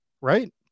right